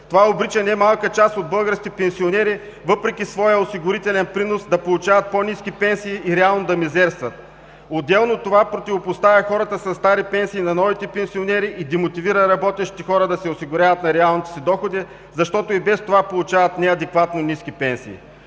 Това обрича не малка част от българските пенсионери, въпреки своя осигурителен принос, да получават по-ниски пенсии и реално да мизерстват. Отделно от това то противопоставя хората със стари пенсии на новите пенсионери и демотивира работещите хора да се осигуряват на реалните си доходи, защото и без това получават неадекватно ниски пенсии.